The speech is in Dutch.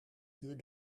vuur